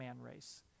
race